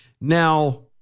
Now